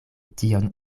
tion